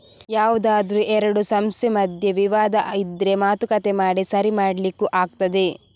ಯಾವ್ದಾದ್ರೂ ಎರಡು ಸಂಸ್ಥೆ ಮಧ್ಯೆ ವಿವಾದ ಇದ್ರೆ ಮಾತುಕತೆ ಮಾಡಿ ಸರಿ ಮಾಡ್ಲಿಕ್ಕೂ ಆಗ್ತದೆ